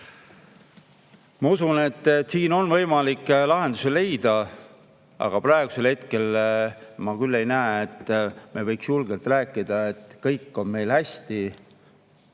Ma usun, et siin on võimalik lahendusi leida, aga praegusel hetkel ma küll ei näe, et me võiks julgelt rääkida, et meil on kõik hästi. Kui